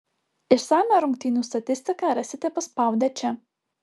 išsamią rungtynių statistiką rasite paspaudę čia